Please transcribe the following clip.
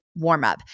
warmup